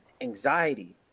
anxiety